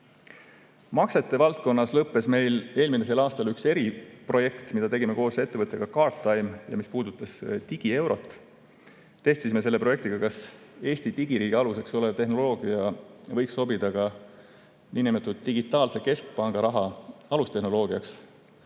Maksete valdkonnas lõppes meil eelmisel aastal üks eriprojekt, mida tegime koos ettevõttega Guardtime ja mis puudutas digieurot. Testisime selle projektiga, kas Eesti digiriigi aluseks olev tehnoloogia võiks sobida ka niinimetatud digitaalse keskpangaraha alustehnoloogiaks.